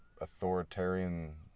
authoritarian